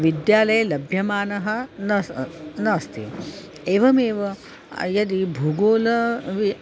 विद्यालये लभ्यमानः ना स् नास्ति एवमेव यदि भूगोल पि